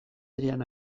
berean